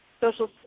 social